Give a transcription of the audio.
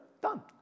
Done